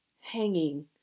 hanging